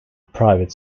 private